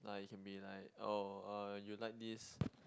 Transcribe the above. like it can be like oh uh you like this